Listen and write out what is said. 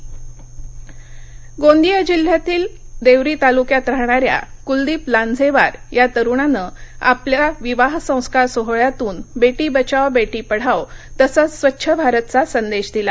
अनोखा विवाह गोंदिया गोंदिया जिल्ह्यातील देवरी तालुक्यात राहणाऱ्या कुलदीप लांजेवार या तरुणानं आपल्या विवाह संस्कार सोहळ्यातून बेटी बचाओ बेटी पढाओ तसंच स्वछ भारत चा संदेश दिला